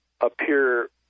appear